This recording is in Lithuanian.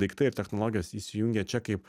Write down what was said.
daiktai ir technologijos įsijungia čia kaip